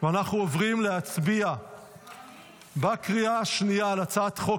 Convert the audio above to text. ואנחנו עוברים להצביע בקריאה שנייה על הצעת חוק